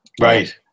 Right